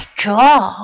draw